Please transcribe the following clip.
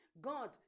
God